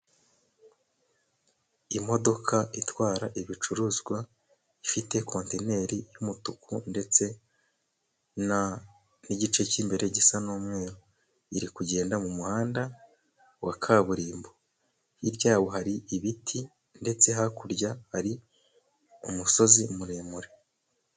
Imodoka itwara ibicuruzwa ifite konteneri y'umutuku, ndetse n'igice cy'imbere gisa n'umweru. Iri kugenda mu muhanda wa kaburimbo. Hirya yawo hari ibiti ndetse hakurya hari umusozi muremure.